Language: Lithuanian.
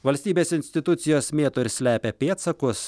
valstybės institucijos mėto ir slepia pėdsakus